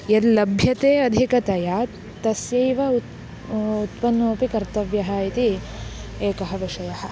यद्लभ्यते अधिकतया तस्यैव उ उत्पन्नमपि कर्तव्यः इति एकः विषयः